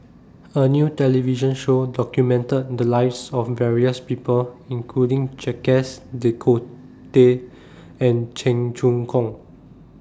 A New television Show documented The Lives of various People including Jacques De and Cheong Choong Kong